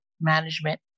management